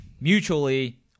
mutually